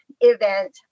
event